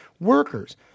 workers